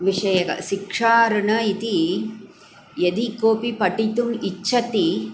विषयः शिक्षा ऋण इति यदि कोपि पठितुम् इच्छति